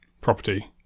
property